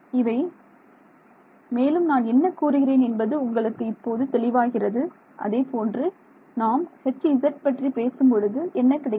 இவை மேலும் நான் என்ன கூறுகிறேன் என்பது உங்களுக்கு இப்போது தெளிவாகிறது அதேபோன்று நாம் Hz பற்றி பேசும் பொழுது என்ன கிடைக்கும்